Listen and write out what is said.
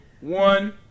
One